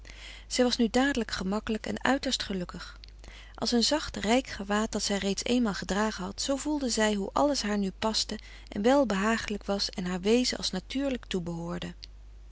zij was nu dadelijk gemakkelijk en uiterst gelukkig als een zacht rijk gewaad dat zij reeds eenmaal gedragen had zoo voelde zij hoe alles haar nu paste en wel behagelijk was en haar wezen als natuurlijk